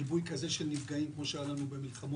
ריבוי כזה של נפגעים כמו שהיו לנו במלחמות